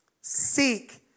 seek